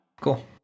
Cool